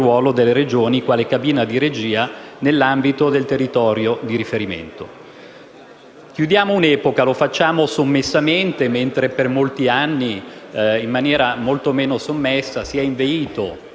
Chiudiamo un'epoca e lo facciamo sommessamente, mentre per molti anni, in maniera molto meno sommessa, si è inveito